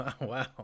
Wow